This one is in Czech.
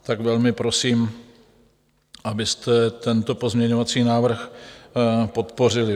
Tak velmi prosím, abyste tento pozměňovací návrh podpořili.